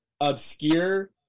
obscure